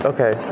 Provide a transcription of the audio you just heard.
Okay